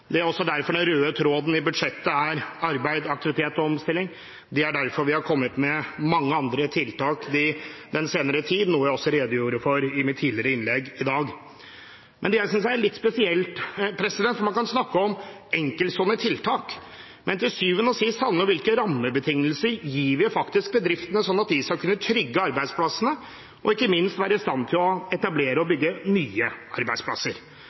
Det er også derfor den røde tråden i budsjettet er arbeid, aktivitet og omstilling. Det er derfor vi har kommet med mange andre tiltak den senere tiden, noe jeg også redegjorde for i mitt tidligere innlegg i dag. Man kan snakke om enkeltstående tiltak, men til syvende og sist handler det om hvilke rammebetingelser vi faktisk gir bedriftene, sånn at de skal kunne trygge arbeidsplassene og ikke minst være i stand til å etablere og bygge nye arbeidsplasser.